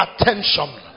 attention